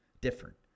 different